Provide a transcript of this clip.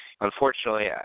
Unfortunately